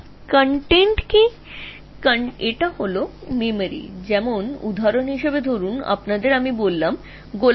এই কন্টেন্টটি কী যদি তোমাদের বলতে হয় উদাহরণস্বরূপ ধর গোলাপ